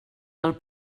del